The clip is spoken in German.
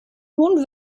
nun